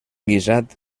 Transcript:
guisat